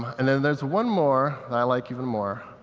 and and there's one more that i like even more.